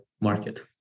market